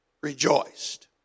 rejoiced